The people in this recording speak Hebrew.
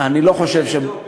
אני לא חושב, בזה אני טוב.